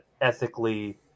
ethically